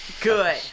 good